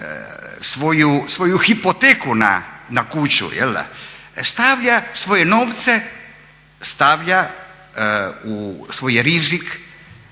svoju hipoteku na kuću stavlja svoje novce, stavlja u svoj rizik